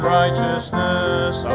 righteousness